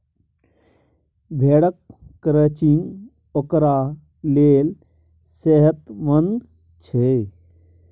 भेड़क क्रचिंग ओकरा लेल सेहतमंद छै